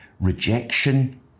rejection